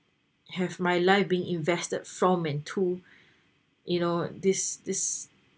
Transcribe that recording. have my life being invested from and to you know this this